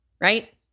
right